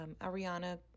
Ariana